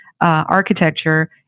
architecture